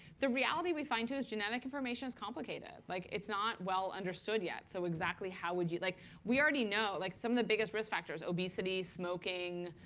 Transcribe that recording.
the reality we find, too, is genetic information is complicated. like it's not well understood yet. so exactly how would you like we already know like some of the biggest risk factors obesity, smoking.